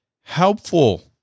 helpful